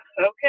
okay